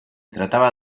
trataba